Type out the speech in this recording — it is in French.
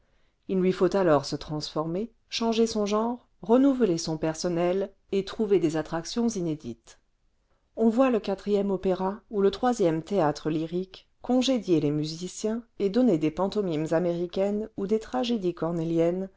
il lui faut alors se transformer changer son genre renouveler son personnel et trouver des attractions inédites on voit le quatrième opéra ou le troisième théâtre lyrique congédier les musiciens et donner des pantomimes américaines ou des tragédies cornéliennes